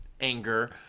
anger